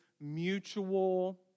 mutual